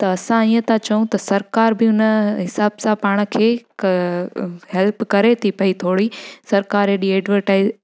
त असां ईअं था चऊं त सरकार बि हुन हिसाब सां पाण खे हैल्प करे थी पई थोरी सरकारु एॾी एडवर्टाइस